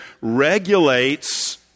regulates